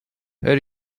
her